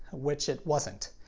which it wasn't.